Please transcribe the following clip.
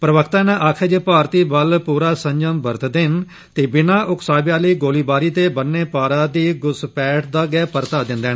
प्रवक्ता ने आक्खेआ मारतीय बल पूरा संयम बरतदे न ते बिना उकसावे आह्ली गोलीबारी ते ब'न्ने पारा दी घुसपैठ दा गै परता दिंदे न